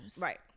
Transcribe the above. Right